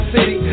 City